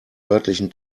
örtlichen